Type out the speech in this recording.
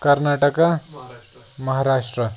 Karnataka Maharashtra